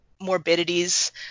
morbidities